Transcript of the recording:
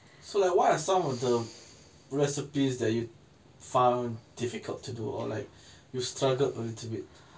so like what are some of the recipes that you found difficult to do or like you struggled a little bit